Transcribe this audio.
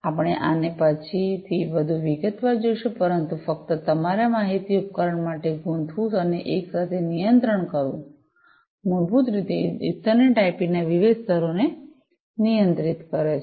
આપણે આને પછીથી વધુ વિગતવાર જોશું પરંતુ ફક્ત તમારા માહિતી ઉપકરણ માટે ગૂંથવું અને એક સાથે નિયંત્રણ કરવું મૂળભૂત રીતે ઇથરનેટ આઇપીના વિવિધ સ્તરોને નિયંત્રિત કરે છે